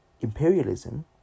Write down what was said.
imperialism